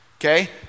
Okay